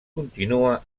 continua